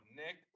nick